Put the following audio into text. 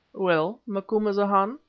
well, macumazahn,